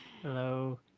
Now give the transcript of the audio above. Hello